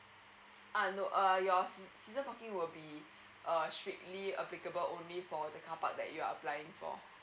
uh no err your ss season parking will be err strictly applicable only for the carpark that you are applying for